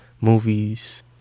movies